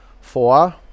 Four